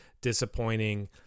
disappointing